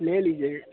ले लीजिएगा